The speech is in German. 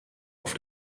auf